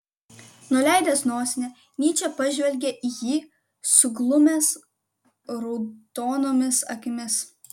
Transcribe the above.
nuleidęs nosinę nyčė pažvelgė į jį suglumęs raudonomis akimis